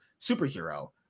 superhero